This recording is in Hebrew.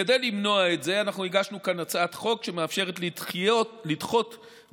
כדי למנוע את זה אנחנו הגשנו כאן הצעת חוק שמאפשרת לדחות בתקופה